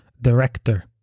director